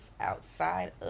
outside